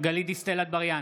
גלית דיסטל אטבריאן,